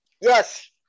Yes